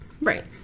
Right